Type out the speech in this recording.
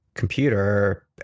computer